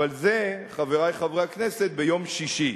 אבל זה, חברי חברי הכנסת, ביום שישי.